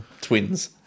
Twins